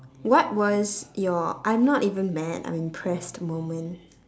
what was your I'm not even mad I'm impressed moment